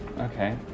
Okay